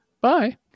Bye